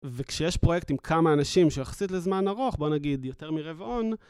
וכשיש פרויקט עם כמה אנשים, שיחסית לזמן ארוך, בוא נגיד יותר מרבעון.